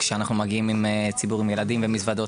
כשאנחנו מגיעים ציבור עם ילדים ומזוודות.